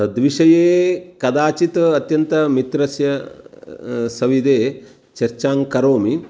तद्विषये कदाचित् अत्यन्तमित्रस्य सविधे चर्चां करोमि